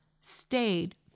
stayed